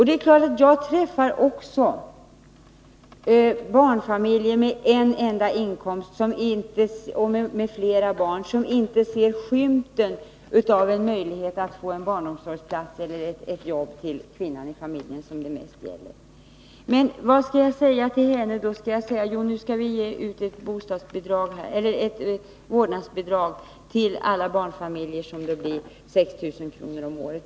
Det är klart att jag också träffar barnfamiljer med en enda inkomst och med flera barn som inte ser skymten av möjlighet att få en barnomsorgsplats eller jobb till kvinnan i familjen, vilket det för det mesta gäller. Men vad skall jag säga till henne? Skall jag säga att nu skall vi ge ett vårdnadsbidrag till alla barnfamiljer med 6 000 kr. om året?